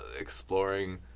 exploring